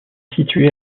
situé